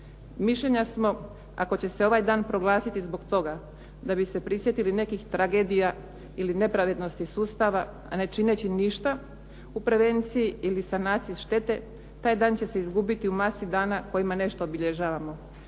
Mišljenja smo ako će se ovaj dan proglasiti zbog toga da bi se prisjetili nekih tragedija ili nepravednosti sustava, a ne čineći ništa u prevenciji ili sanaciji štete taj dan će se izgubiti u masi dana kojima nešto obilježavamo.